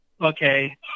okay